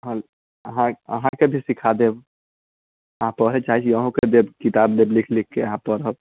हँ अहाँकेँ भी सिखा देब अहा पढ़ै चाहैत छी अहूँके देब किताब देब लिख लिखके अहाँ पढ़ब